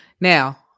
Now